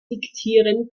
diktieren